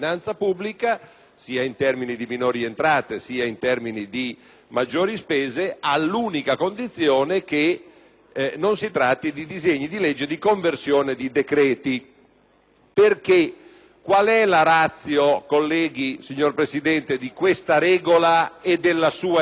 sia in termini di minori entrate sia in termini di maggiori spese, all'unica condizione che non si tratti di disegni di legge di conversione di decreti. Qual è la *ratio*, signor Presidente, colleghi, di questa regola e della sua eccezione?